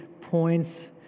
points